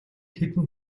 хэдэн